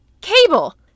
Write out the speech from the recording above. Cable